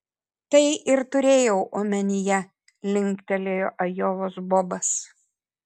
tai ir turėjau omenyje linktelėjo ajovos bobas